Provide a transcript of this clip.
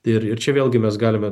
ir ir čia vėlgi mes galime